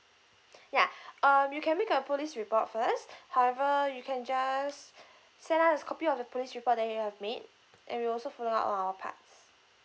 ya uh you can make a police report first however you can just send us a copy of the police report that you have made and we will also follow up on our parts